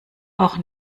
auch